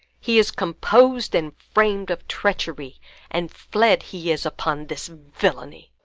he is compos'd and fram'd of treachery and fled he is upon this villany.